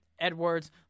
Edwards